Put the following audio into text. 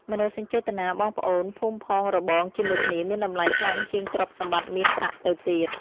មនោសញ្ចេតនាបងប្អូនភូមិផងរបងជាមួយគ្នាមានតម្លៃខ្លាំងជាងទ្រព្យសម្បត្តិមាសប្រាក់ទៅទៀត។